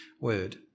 word